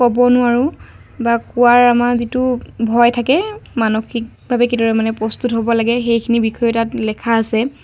ক'ব নোৱাৰো বা কোৱাৰ আমাৰ যিটো ভয় থাকে মানসিকভাৱে কেতিয়াবা মানে প্ৰস্তুত হ'ব লাগে সেইখিনি বিষয়ো তাত লেখা আছে